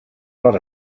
lot